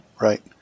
Right